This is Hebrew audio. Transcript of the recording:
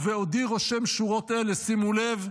ובעודי רושם שורות אלה, שימו לב,